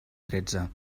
tretze